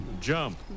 jump